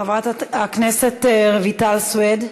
חברת הכנסת רויטל סויד,